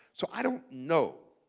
so i don't know.